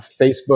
Facebook